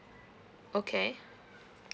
okay